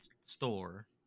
store